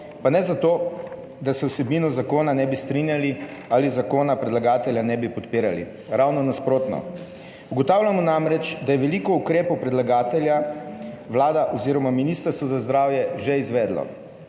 pa ne zato, da se z vsebino zakona ne bi strinjali ali zakona predlagatelja ne bi podpirali, ravno nasprotno. Ugotavljamo namreč, da je veliko ukrepov predlagatelja Vlada oziroma Ministrstvo za zdravje že izvedlo,